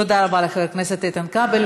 תודה רבה לחבר הכנסת איתן כבל.